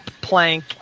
plank